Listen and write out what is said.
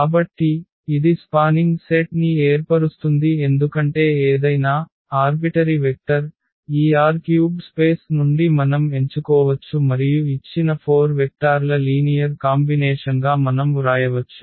కాబట్టి ఇది spanning set ని ఏర్పరుస్తుంది ఎందుకంటే ఏదైనా ఏకపక్ష వెక్టర్ ఈ R³ space నుండి మనం ఎంచుకోవచ్చు మరియు ఇచ్చిన 4 వెక్టార్ల లీనియర్ కాంబినేషన్గా మనం వ్రాయవచ్చు